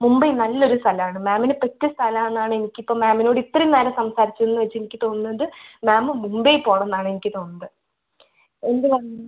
മുംബൈ നല്ലൊരു സ്ഥലമാണ് മാമിന് പറ്റിയ സ്ഥലമാണെന്നാണ് എനിക്കിപ്പം മാമിനോട് ഇത്രയും നേരം സംസാരിച്ചെന്ന് വെച്ച് എനിക്ക് തോന്നുന്നത് മാം മുംബൈ പോവണമെന്നാണ് എനിക്ക് തോന്നുന്നത് എന്ത് കാണാനാണ്